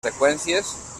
seqüències